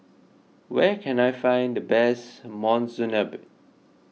where can I find the best Monsunabe